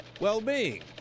Well-being